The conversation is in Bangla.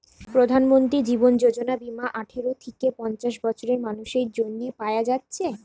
প্রধানমন্ত্রী জীবন যোজনা বীমা আঠারো থিকে পঞ্চাশ বছরের মানুসের জন্যে পায়া যাচ্ছে